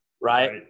right